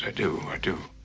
ah do. i do.